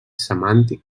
semàntic